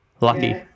Lucky